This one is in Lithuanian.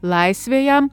laisvė jam